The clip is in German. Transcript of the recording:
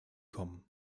kommen